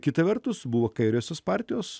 kita vertus buvo kairiosios partijos